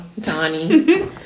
Donnie